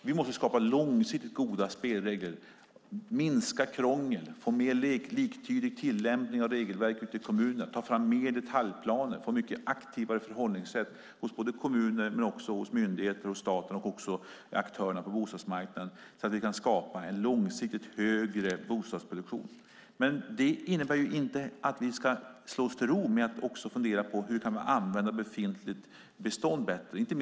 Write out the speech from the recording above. Vi måste skapa långsiktigt goda spelregler, minska krånglet, få mer liktydig tillämpning av regelverket i kommunerna och ta fram mer detaljplaner. Vi måste också få ett mycket aktivare förhållningssätt mot kommuner, myndigheter, stat och aktörer på bostadsmarknaden så att vi kan skapa en långsiktigt högre bostadsproduktion. Vi måste också fundera på hur vi kan använda befintligt bestånd bättre.